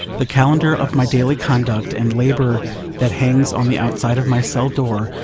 the calendar of my daily conduct and labour that hangs on the outside of my cell door,